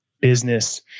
business